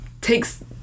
takes